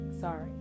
sorry